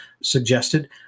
suggested